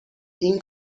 این